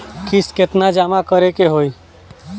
किस्त केतना जमा करे के होई?